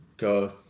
go